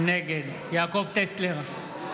נגד יעקב טסלר,